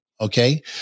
okay